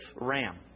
ram